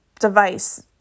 device